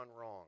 wrong